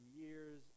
years